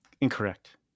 Incorrect